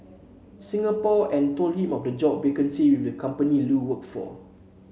Singapore and told him of the job vacancy with the company Lu worked for